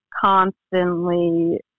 constantly